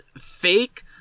fake